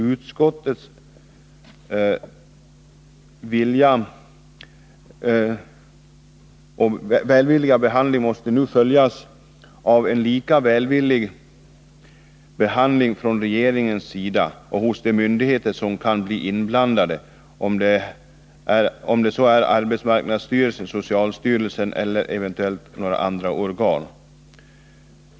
Utskottets välvilliga behandling måste följas av en lika välvillig behandling från regeringens sida och hos de myndigheter som kan bli inblandade — om det så är arbetsmarknadsstyrelsen, socialstyrelsen eller eventuellt andra organ.